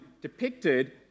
depicted